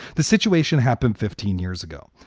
the situation happened fifteen years ago.